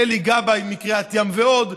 אלי גבאי מקריית ים ועוד,